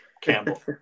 Campbell